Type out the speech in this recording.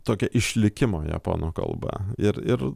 tokia išlikimo japonų kalba ir ir